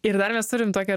ir dar mes turime tokią